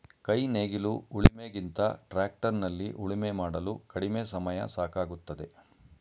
ಕೈ ನೇಗಿಲು ಉಳಿಮೆ ಗಿಂತ ಟ್ರ್ಯಾಕ್ಟರ್ ನಲ್ಲಿ ಉಳುಮೆ ಮಾಡಲು ಕಡಿಮೆ ಸಮಯ ಸಾಕಾಗುತ್ತದೆ